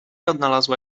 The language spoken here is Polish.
odnalazła